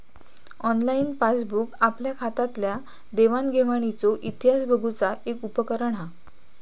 online passbook आपल्या खात्यातल्या देवाण घेवाणीचो इतिहास बघुचा एक उपकरण हा